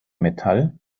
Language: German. metall